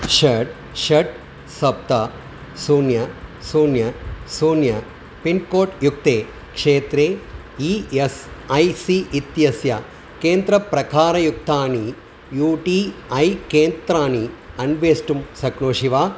षट् षट् सप्त शून्यं शून्यं शून्यं पिन्कोड्युक्ते क्षेत्रे ई एस् ऐ सी इत्यस्य केन्द्र प्रकारयुक्तानि यू टी ऐ केन्द्राणि अन्वेष्टुं शक्नोषि वा